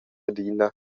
adina